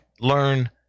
learn